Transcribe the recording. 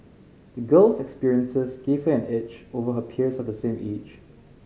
the girl's experiences gave her an edge over her peers of the same age